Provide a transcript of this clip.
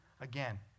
again